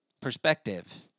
Perspective